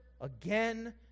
again